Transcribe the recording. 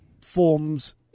forms